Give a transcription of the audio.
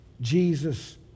Jesus